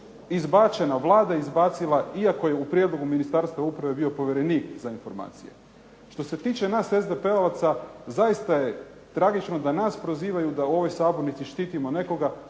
izbačena, Vlada izbacila, iako je u prijedlogu Ministarstva uprave bio povjerenik za informacije. Što se tiče nas SDP-ovaca, zaista je tragično da nas prozivaju da u ovoj sabornici štitimo nekoga